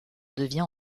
devient